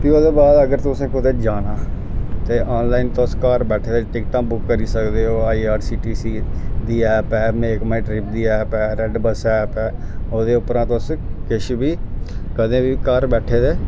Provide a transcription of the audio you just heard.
फ्ही उ'दे बाद अगर तुसें कुतै जाना ते आनलाइन तुस घार बैठे दे टिकटां बुक करी सकदे आई आर टी सी दी ऐप ए मेक माई ट्रेड दी ऐप ऐ रेड बस ऐप ऐ ओह् दे उप्परां तुस कुछ बी कदें बी घर बैठे दे